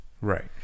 Right